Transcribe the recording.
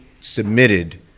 submitted